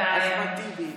אחמד טיבי,